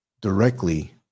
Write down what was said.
directly